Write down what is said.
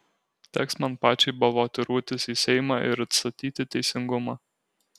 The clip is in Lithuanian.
teks man pačiai balotiruotis į seimą ir atstatyti teisingumą